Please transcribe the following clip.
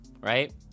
Right